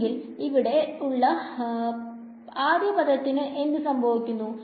എങ്കിൽ ഇവിടെ ഉള്ള ആദ്യ പദത്തിനു എന്ത് സംഭവിക്കുന്നു